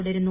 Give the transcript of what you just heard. തുടരുന്നു